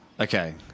Okay